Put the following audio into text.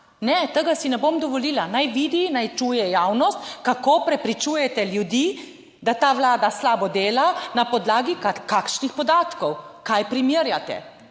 Ne, tega si ne bom dovolila, naj vidi, naj čuje javnost, kako prepričujete ljudi, da ta Vlada slabo dela, na podlagi kakšnih podatkov, kaj primerjate.